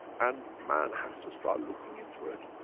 and man has to start looking into it.